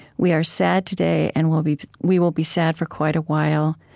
we are sad today and we'll be we will be sad for quite a while.